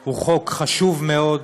הוא חוק חשוב מאוד.